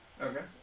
Okay